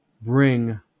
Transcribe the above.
bring